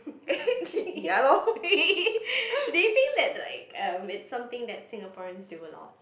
they feel that like um it's something that Singaporeans do a lot